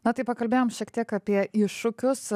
na tai pakalbėjom šiek tiek apie iššūkius